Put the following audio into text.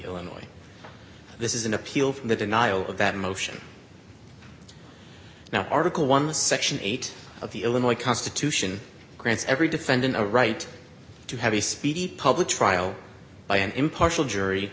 illinois this is an appeal from the denial of that motion now article one section eight of the illinois constitution grants every defendant a right to have a speedy public trial by an impartial jury